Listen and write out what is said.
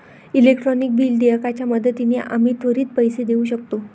electronic bill देयकाच्या मदतीने आम्ही त्वरित पैसे देऊ शकतो